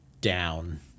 down